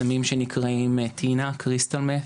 סמים שנקראים טינה, קריסטל-מט',